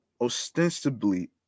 ostensibly